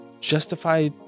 justify